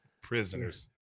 Prisoners